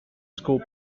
scoop